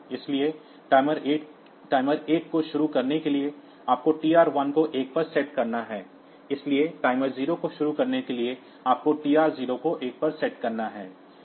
इसलिए टाइमर 1 को शुरू करने के लिए आपको TR 1 को एक पर सेट करना है टाइमर 0 को शुरू करने के लिए आपको TR 0 को 1 पर सेट करना है